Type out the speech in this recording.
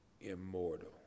immortal